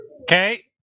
Okay